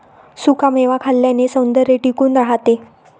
सुखा मेवा खाल्ल्याने सौंदर्य टिकून राहते